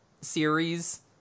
series